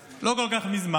אולי אחר כך הוא יתרגם